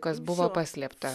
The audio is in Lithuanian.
kas buvo paslėpta